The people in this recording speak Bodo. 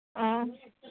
अ